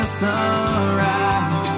sunrise